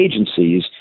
agencies